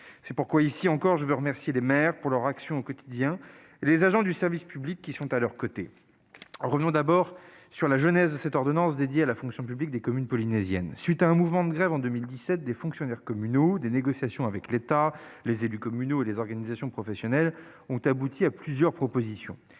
exceptionnelles. Ici encore, je veux remercier les maires pour leur action au quotidien, ainsi que les agents du service public qui sont à leurs côtés. Revenons un instant sur la genèse de cette ordonnance dédiée à la fonction publique des communes polynésiennes. À la suite d'un mouvement de grève des fonctionnaires communaux en 2017, des négociations se sont tenues entre l'État, les élus communaux et les organisations professionnelles. Ayant abouti à plusieurs propositions,